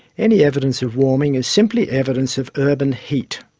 any evidence of warming is simply evidence of urban heat.